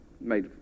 Made